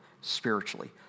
spiritually